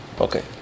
Okay